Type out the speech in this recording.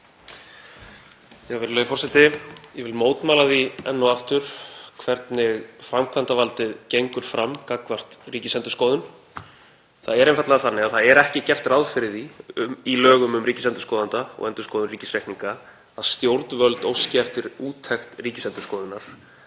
Ég vil mótmæla því enn og aftur hvernig framkvæmdarvaldið gengur fram gagnvart Ríkisendurskoðun. Það er einfaldlega þannig að það er ekki gert ráð fyrir því í lögum um ríkisendurskoðanda og endurskoðun ríkisreikninga að stjórnvöld óski eftir úttekt Ríkisendurskoðunar